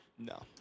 No